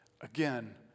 Again